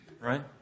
right